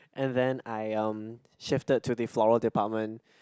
and then I um shifted to the floral department